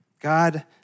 God